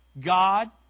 God